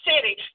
city